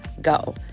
go